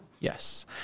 Yes